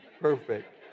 perfect